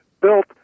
built